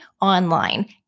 online